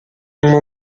uma